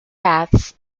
paths